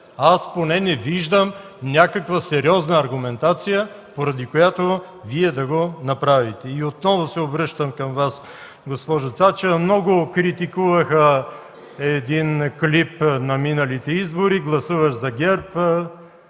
правете! Не виждам сериозна аргументация, поради която Вие да го направите. Отново се обръщам към Вас госпожо Цачева. Много критикуваха един клип на миналите избори: „Гласуваш за ГЕРБ